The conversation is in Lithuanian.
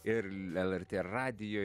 ir lrt radijo